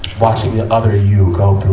watching the other you go